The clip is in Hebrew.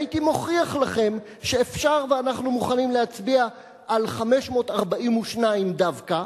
הייתי מוכיח לכם שאפשר ואנחנו מוכנים להצביע על 542 דווקא,